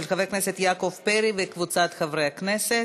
של חבר הכנסת יעקב פרי וקבוצת חברי הכנסת.